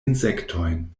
insektojn